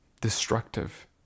destructive